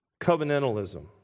Covenantalism